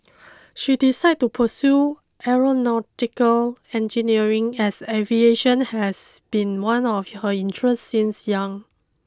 she decided to pursue Aeronautical Engineering as aviation has been one of her interests since young